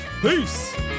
peace